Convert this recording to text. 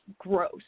gross